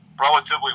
relatively